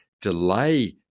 delay